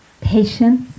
patience